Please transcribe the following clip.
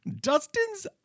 Dustin's